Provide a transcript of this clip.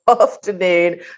afternoon